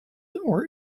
were